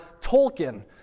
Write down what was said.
Tolkien